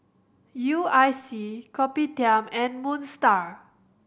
U I C Kopitiam and Moon Star